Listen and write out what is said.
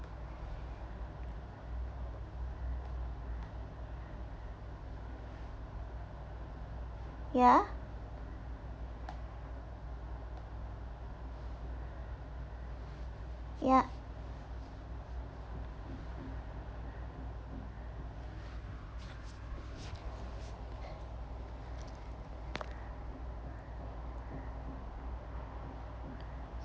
ya yup